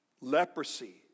leprosy